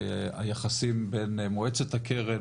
והיחסים בין מועצת הקרן,